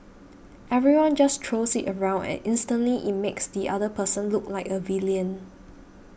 everyone just throws it around and instantly it makes the other person look like a villain